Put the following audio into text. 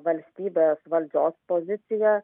valstybės valdžios poziciją